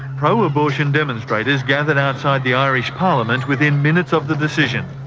pro-abortion demonstrators gathered outside the irish parliament within minutes of the decision.